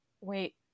wait